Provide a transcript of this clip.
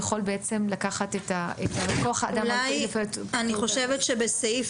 הוא יכול לקחת את כוח האדם -- אני חושבת שבסעיף